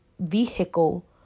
vehicle